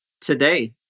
today